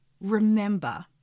Remember